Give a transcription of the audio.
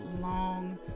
long